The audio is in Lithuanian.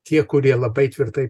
tie kurie labai tvirtai